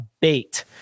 bait